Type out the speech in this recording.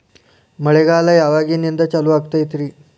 ಮಳೆಗಾಲ ಯಾವಾಗಿನಿಂದ ಚಾಲುವಾಗತೈತರಿ?